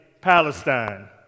palestine